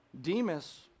Demas